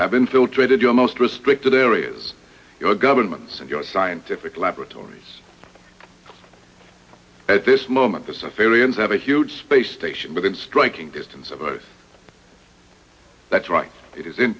have infiltrated your most restricted areas your governments and your scientific laboratories at this moment the civilians have a huge space station within striking distance of us that's right it is in